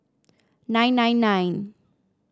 nine nine nine